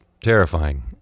terrifying